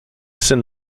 syn